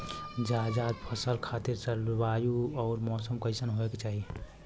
जायद फसल खातिर जलवायु अउर मौसम कइसन होवे के चाही?